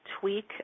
tweak